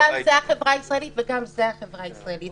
גם זו החברה הישראלית וגם זו החברה הישראלית.